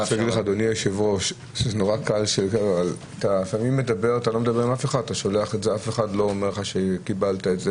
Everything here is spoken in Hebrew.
אדוני היושב-ראש, אף אחד לא אומר לך שקיבלת את זה.